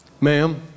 ma'am